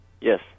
Yes